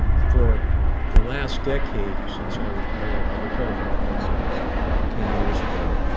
for the last decade, since i retired, i retired from the foreign service ten years ago,